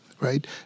right